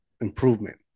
improvement